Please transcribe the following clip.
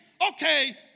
Okay